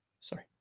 sorry